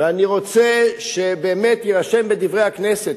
ואני רוצה שבאמת יירשם ב"דברי הכנסת",